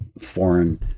foreign